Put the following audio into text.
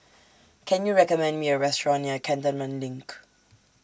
Can YOU recommend Me A Restaurant near Cantonment LINK